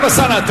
טלב אלסאנע,